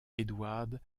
eduard